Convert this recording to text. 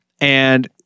and-